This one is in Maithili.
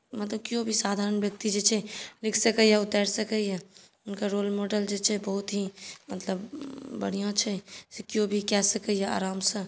मतलब किओ भी साधारण व्यक्ति छै लिख सकैए उतारि सकैए हुनकर रोल मॉडल जे छै बहुत ही मतलब बहुत ही बढ़िआँ छै से किओ भी कऽ सकैए आरामसँ